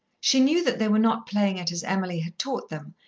she knew that they were not playing it as emily had taught them,